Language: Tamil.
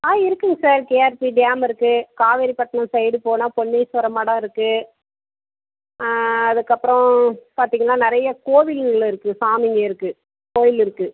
ஆ இருக்குங்க சார் கேஆர்பி டேம் இருக்கு காவேரிப்பட்டினம் சைடு போனால் பொன்னீஸ்வர மடம் இருக்கு அதற்கப்பறம் பார்த்தீங்கனா நிறைய கோவில்கள் இருக்கு சாமிங்க இருக்கு கோவில் இருக்கு